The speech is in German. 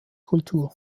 kultur